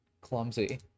clumsy